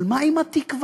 אבל מה עם התקווה?